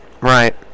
Right